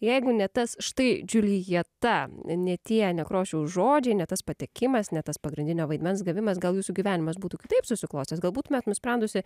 jeigu ne tas štai džiuljeta ne tie nekrošiaus žodžiai ne tas patekimas ne tas pagrindinio vaidmens gavimas gal jūsų gyvenimas būtų kitaip susiklostęs gal būtumėt nusprendusi